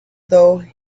though